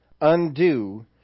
undo